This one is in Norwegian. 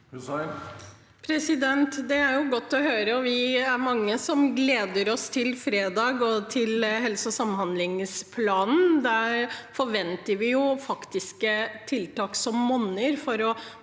Det er godt å høre, og vi er mange som gleder oss til fredag og til helse- og samhandlingsplanen. Der forventer vi tiltak som monner for å